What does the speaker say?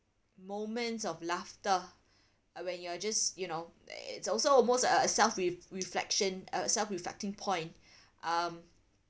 moments of laughter when you are just you know it's also almost a a self re~ reflection a self reflecting point um